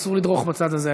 אסור לדרוך בצד הזה,